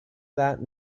that